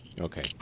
Okay